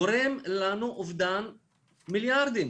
גורם לנו אובדן של מיליארדים,